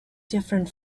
different